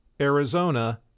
Arizona